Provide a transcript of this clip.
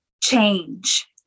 change